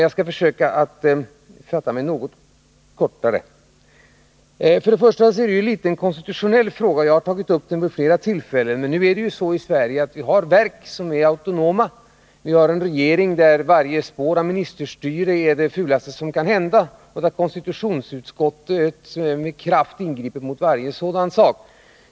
Jag skall försöka att fatta mig något kortare. Först och främst är det litet grand en konstitutionell fråga, som jag har tagit upp vid flera tillfällen. Det är ju så att vi i Sverige har verk som är autonoma och en regering där varje spår av ministerstyre är det fulaste som kan tänkas och där konstitutionsutskottet med kraft ingriper mot varje sådant inslag.